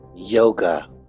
yoga